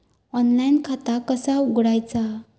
Online खाता कसा उघडायचा?